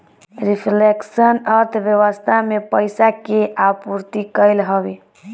reflection अर्थव्यवस्था में पईसा के आपूर्ति कईल हवे